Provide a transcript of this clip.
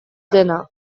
dena